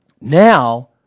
Now